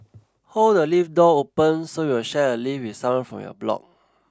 hold the lift door open so you'll share a lift with someone from your block